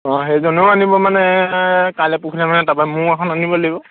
অঁ সেইজনেও আনিব মানে কাইলৈ পৰহিলৈ মানে তাৰপৰা মোৰ এখন আনিব লাগিব